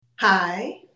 Hi